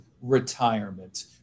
retirement